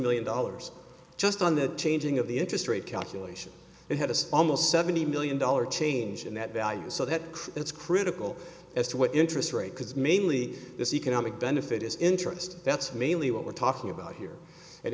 million dollars just on that changing of the interest rate calculation it has almost seventy million dollars change in that value so that it's critical as to what interest rate because mainly this economic benefit is interest that's mainly what we're talking about here